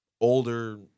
older